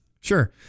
Sure